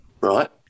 Right